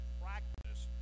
practice